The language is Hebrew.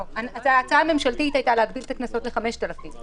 ההצעה הממשלתית הייתה להגביל את הקנסות ל-5,000 שקל.